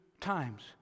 times